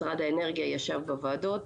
משרד האנרגיה ישב בוועדות,